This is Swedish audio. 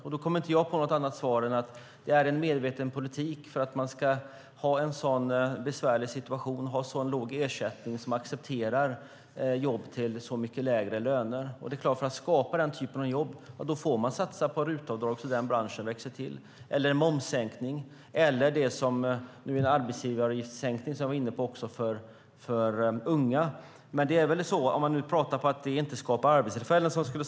Jag kommer inte på något annat svar än att det är en medveten politik för att situationen ska bli så besvärlig och ersättningen så låg att de arbetssökande accepterar jobb för lägre löner. För att skapa sådana jobb måste man satsa på RUT-avdrag så att den branschen växer till, momssänkning eller en sänkning av arbetsgivaravgiften för unga. Men här i talarstolen hävdar man att sådant inte skapar arbetstillfällen.